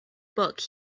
book